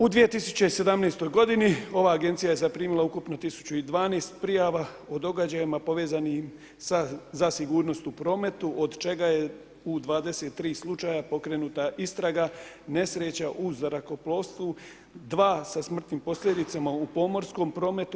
U 2017. godini ova agencija je zaprimila ukupno 1012 prijava o događajima povezanim sa za sigurnost u prometu od čega je u 23 slučaja pokrenuta istraga nesreća u zrakoplovstvu, 2 sa smrtnim posljedicama u pomorskom prometu.